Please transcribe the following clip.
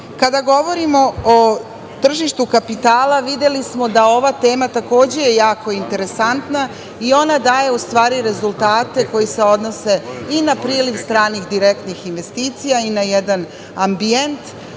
EU.Kada govorimo o tržištu kapitala, videli smo da je ova tema takođe jako interesantna i ona daje u stvari rezultate koji se odnose i na priliv stranih direktnih investicija i na jedan ambijent